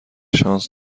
شانس